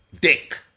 dick